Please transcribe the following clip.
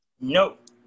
Nope